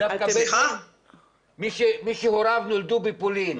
מי שהוריו נולדו בפולין.